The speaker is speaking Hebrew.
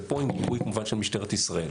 ופה עם גיבוי כמובן של משטרת ישראל,